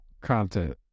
content